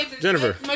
Jennifer